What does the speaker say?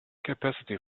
capacity